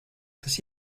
kas